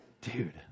dude